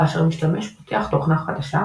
כאשר משתמש פותח תוכנה חדשה,